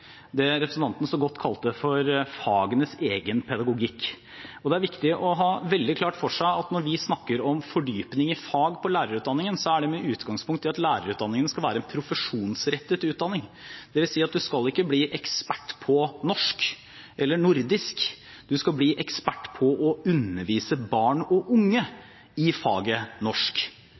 det representanten så godt kalte for fagenes egen pedagogikk. Og det er viktig å ha veldig klart for seg at når vi snakker om fordypning i fag på lærerutdanningen, er det med utgangspunkt i at lærerutdanningen skal være en profesjonsrettet utdanning. Det vil si at du ikke skal bli ekspert på norsk eller nordisk, du skal bli ekspert på å undervise barn og unge i faget norsk.